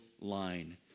line